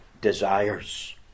desires